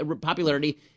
Popularity